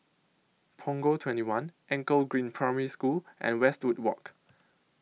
Punggol twenty one Anchor Green Primary School and Westwood Walk